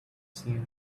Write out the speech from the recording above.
seen